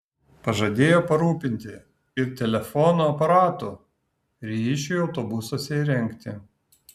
pažadėjo parūpinti ir telefono aparatų ryšiui autobusuose įrengti